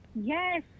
Yes